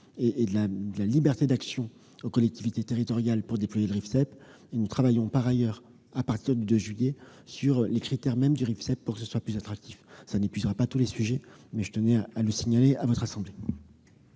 et de la liberté d'action aux collectivités territoriales pour déployer le Rifseep. Nous travaillerons par ailleurs, à partir du 2 juillet, sur les critères mêmes du Rifseep pour le rendre plus attractif. Cela n'épuisera pas tous les sujets, mais je tenais à le signaler à votre assemblée.